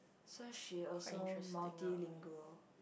so she also multilingual